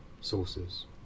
sources